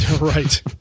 Right